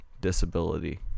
disability